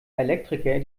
elektriker